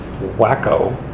wacko